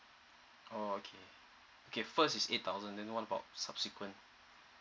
orh okay okay first is eight thousand then what about subsequent